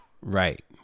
Right